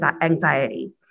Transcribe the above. anxiety